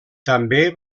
també